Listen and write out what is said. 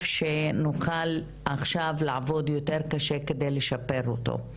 שנוכל עכשיו לעבוד יותר קשה כדי לשפר אותו.